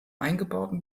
eingebauten